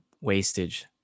wastage